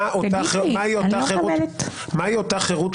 מהי אותה חירות פוליטית.